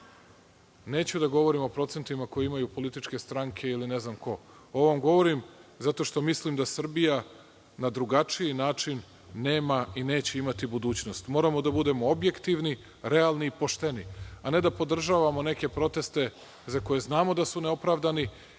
neću da govorim o procentima koje imaju političke stranke ili ne znam ko. Ovo vam govorim, zato što mislim da Srbija na drugačiji način nema i neće imati budućnost. Moramo da budemo objektivni, a ne da podržavamo neke proteste za koje znamo da su neopravdani,